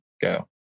go